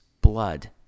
blood